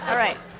right.